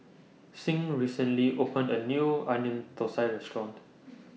Signe recently opened A New Onion Thosai Restaurant